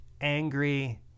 angry